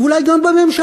ואולי גם בממשלה.